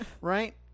right